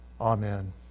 Amen